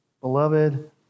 Beloved